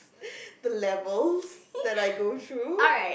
the levels that I go through